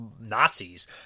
Nazis